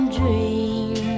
dream